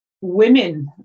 women